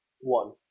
One